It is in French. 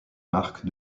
marque